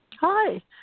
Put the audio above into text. Hi